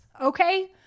okay